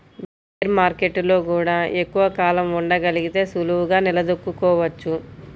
bear మార్కెట్టులో గూడా ఎక్కువ కాలం ఉండగలిగితే సులువుగా నిలదొక్కుకోవచ్చు